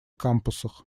кампусах